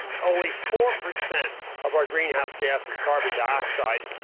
it's only four percent of our greenhouse gasses carbon dioxide.